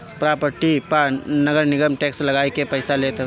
property पअ नगरनिगम tax लगाइ के पईसा लेत हवे